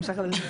בהמשך לדיון,